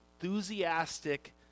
enthusiastic